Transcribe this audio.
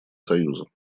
союза